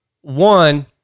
One